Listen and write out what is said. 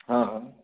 ହଁ ହଁ